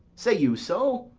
say you so?